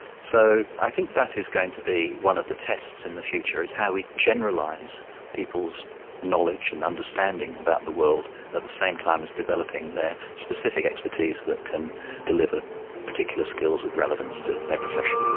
so i think that is going to be one of the tests in the future, is how we generalise people's knowledge and understanding about the world at the same time as developing their specific expertise that can deliver particular skills of relevance to their profession.